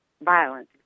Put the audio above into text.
violence